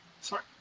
Sorry